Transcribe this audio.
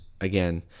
again